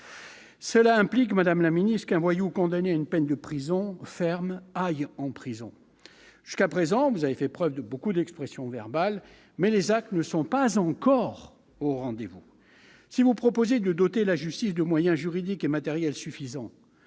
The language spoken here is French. Cela implique aussi qu'un voyou condamné à une peine de prison ferme aille en prison ! Jusqu'à présent, vous avez beaucoup usé de paroles, mais les actes ne sont pas encore au rendez-vous ! Si vous proposez de doter la justice de moyens juridiques et matériels suffisants,